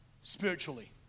spiritually